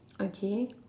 okay